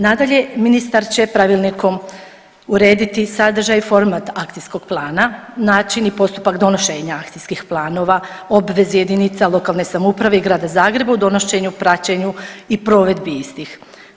Nadalje, ministar će pravilnikom urediti sadržaj i format akcijskog plana, način i postupak donošenja akcijskih planova, obveze jedinice lokalne samouprave i Grada Zagreba u donošenju, praćenju i provedbi istih.